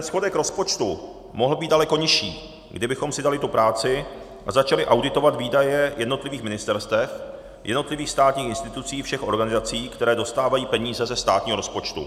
Schodek rozpočtu mohl být daleko nižší, kdybychom si dali tu práci a začali auditovat výdaje jednotlivých ministerstev, jednotlivých státních institucí všech organizací, které dostávají peníze ze státního rozpočtu.